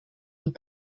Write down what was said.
und